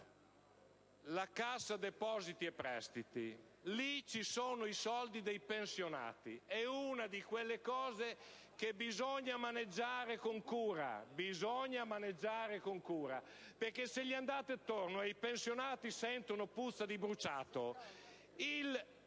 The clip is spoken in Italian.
alla Cassa depositi e prestiti, dove ci sono i soldi dei pensionati. È una di quelle cose che bisogna maneggiare con cura. Se le girate attorno e i pensionati sentono puzza di bruciato, il patrimonio